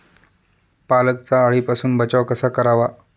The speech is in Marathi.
पालकचा अळीपासून बचाव कसा करावा?